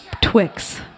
Twix